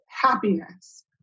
happiness